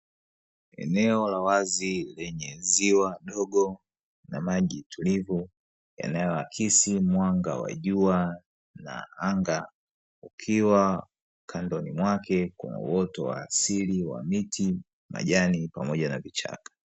Eneo la wazi lenye ziwa dogo na maji tulivu, yanayoakisi mwanga wa jua na anga, ikiwa kandoni mwake Kuna uoto wa asili ukiwa na miti, majani pamoja na vichaka.